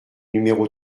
numéro